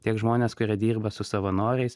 tiek žmonės kurie dirba su savanoriais